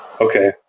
Okay